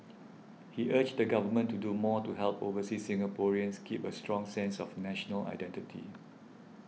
he urged the Government to do more to help overseas Singaporeans keep a strong sense of national identity